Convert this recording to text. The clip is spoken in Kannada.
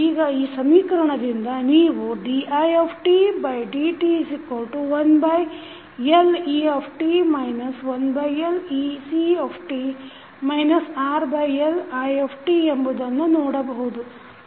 ಈಗ ಈ ಸಮೀಕರಣದಿಂದ ನೀವು didt1Let 1Lec RLi ಎಂಬುದನ್ನು ನೋಡಬಹುದು